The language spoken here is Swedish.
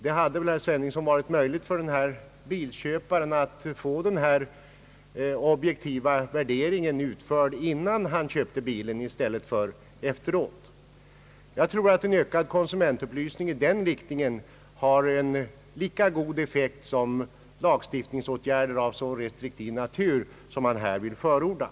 Det hade väl, herr Sveningsson, varit möjligt för den av honom nämnde bilköparen att få en objektiv värdering utförd innan han köpte bilen i stället för efteråt. Jag tror att en ökad konsumentupplysning i den riktningen har en lika god effekt som lagstiftningsåtgärder av så restriktiv natur som man här vill förorda.